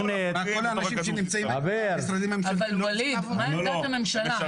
אבל מה עמדת הממשלה?